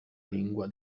lingua